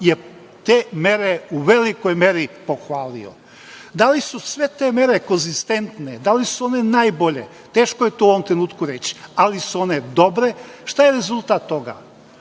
je te mere u velikoj meri pohvalio. Da li su sve te mere konzistentne, da li su one najbolje, teško je to u ovom trenutku reći, ali su one dobre. Šta je rezultat toga?